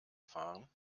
fahren